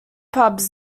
pubs